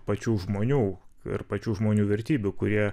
pačių žmonių ir pačių žmonių vertybių kurie